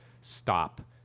stop